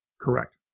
Correct